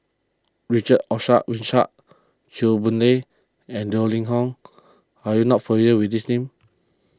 Richard Winstedt Chew Boon Lay and Yeo Ning Hong are you not familiar with these names